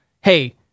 hey